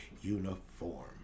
uniform